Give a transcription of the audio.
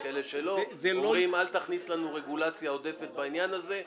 יש כאלה שלא ואומרים: אל תכניס לנו רגולציה עודפת בעניין הזה,